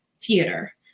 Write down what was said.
theater